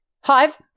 Hive